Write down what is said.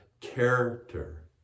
character